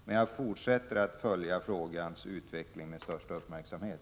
Men jag fortsätter att följa frågornas utveckling med största uppmärksamhet.